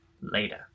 later